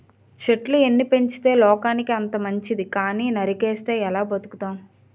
చెట్లు ఎన్ని పెంచితే లోకానికి అంత మంచితి కానీ నరికిస్తే ఎలా బతుకుతాం?